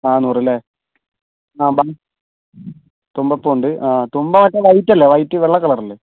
നാനൂറല്ലേ തുമ്പപ്പൂവുണ്ട് ആഹ് തുമ്പ മറ്റേ വൈറ്റ് അല്ലേ വൈറ്റ് വെള്ള കളറല്ലേ